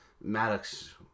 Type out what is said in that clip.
Maddox